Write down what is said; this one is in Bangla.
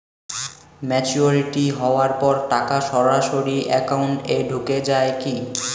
ম্যাচিওরিটি হওয়ার পর টাকা সরাসরি একাউন্ট এ ঢুকে য়ায় কি?